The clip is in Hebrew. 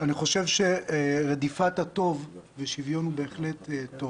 אני חושב שרדיפת הטוב ושוויון הוא בהחלט טוב